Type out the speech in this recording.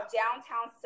downtown